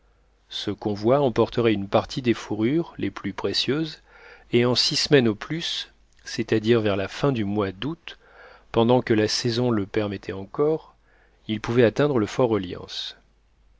ce convoi emporterait une partie des fourrures les plus précieuses et en six semaines au plus c'est-à-dire vers la fin du mois d'août pendant que la saison le permettait encore il pouvait atteindre